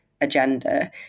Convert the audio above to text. agenda